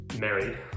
married